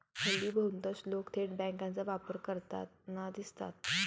हल्ली बहुतांश लोक थेट बँकांचा वापर करताना दिसतात